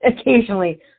occasionally